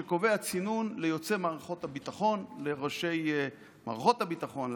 שקובע צינון ליוצאי מערכות הביטחון,